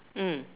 mm